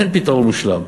אין פתרון מושלם.